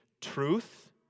truth